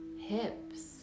hips